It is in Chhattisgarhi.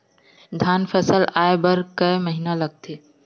धान फसल आय बर कय महिना लगथे?